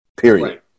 Period